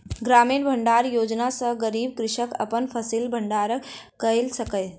ग्रामीण भण्डारण योजना सॅ गरीब कृषक अपन फसिलक भण्डारण कय सकल